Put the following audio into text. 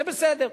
זה בסדר.